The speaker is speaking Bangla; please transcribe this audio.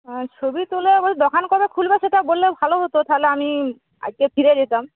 আর ছবি তোলার ওই দোকান কবে খুলবে সেটা বললে ভালো হতো তাহলে আমি আজকে ফিরে যেতাম